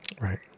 Right